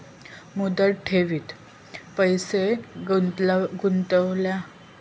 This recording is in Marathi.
मुदत ठेवीत पैसे गुंतवल्यानंतर पुन्हा कधी आमचे पैसे गावतले?